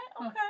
okay